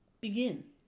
begin